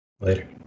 Later